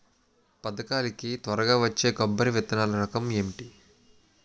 పథకాల కి త్వరగా వచ్చే కొబ్బరి విత్తనాలు రకం ఏంటి?